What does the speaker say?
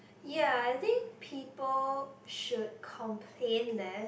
ya I think people should complain less